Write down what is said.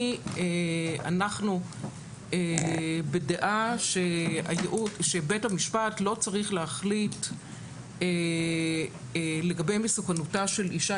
שאנחנו בדעה שבית המשפט לא צריך להחליט לגבי מסוכנותה של אישה,